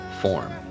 form